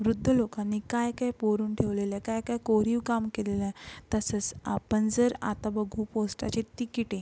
वृद्ध लोकांनी काय काय कोरून ठेवलेलं आहे काय काय कोरीवकाम केलेलं आहे तसंच आपण जर आता बघू पोस्टाची तिकिटे